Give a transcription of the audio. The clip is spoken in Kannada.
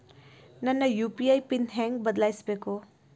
ನನ್ನ ಯು.ಪಿ.ಐ ಪಿನ್ ಹೆಂಗ್ ಬದ್ಲಾಯಿಸ್ಬೇಕು?